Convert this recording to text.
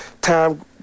time